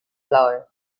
flour